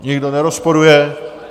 Nikdo nerozporuje?